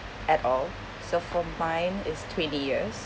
at all so for mine is twenty years